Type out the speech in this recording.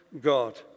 God